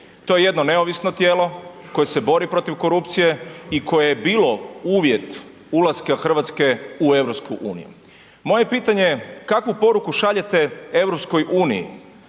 To je jedno neovisno tijelo koje se bori protiv korupcije i koje je bilo uvjet ulaska Hrvatske u EU. Moje pitanje je kakvu poruku šaljete EU